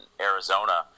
Arizona